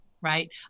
right